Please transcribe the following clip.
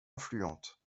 influente